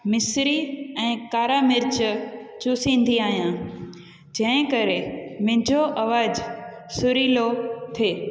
मिस्री ऐं कारा मिर्च चुसिंदी आहियां जंहिं करे मुंहिंजो आवाजु सुरिलो थिए